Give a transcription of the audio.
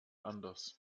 anders